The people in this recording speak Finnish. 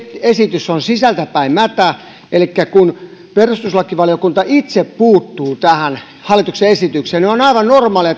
esitys on sisältä päin mätä elikkä kun perustuslakivaliokunta itse puuttuu tähän hallituksen esitykseen niin on aivan normaalia